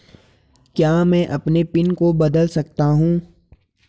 क्या मैं अपने पिन को बदल सकता हूँ?